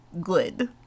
Good